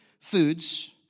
foods